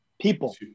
People